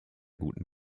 guten